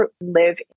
live